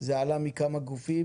עלה מכמה גופים.